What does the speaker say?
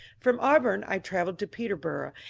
from auburn i travelled to peterborough,